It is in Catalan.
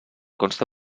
consta